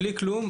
בלי כלום,